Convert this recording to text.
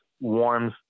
warms